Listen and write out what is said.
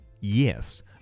Yes